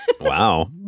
Wow